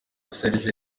serge